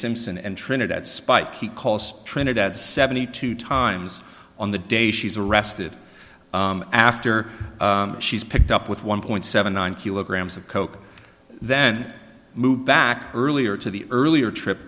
simpson and trinidad spike he calls trinidad seventy two times on the day she's arrested after she's picked up with one point seven nine kilograms of coke then moved back earlier to the earlier trip